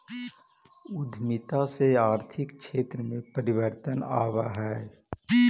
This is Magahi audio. उद्यमिता से आर्थिक क्षेत्र में परिवर्तन आवऽ हई